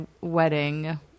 wedding